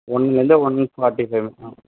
ஒன்லேருந்து one forty five minutes ஆகும்